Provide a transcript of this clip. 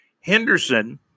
Henderson